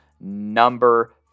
number